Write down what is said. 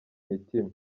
mitima